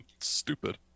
Stupid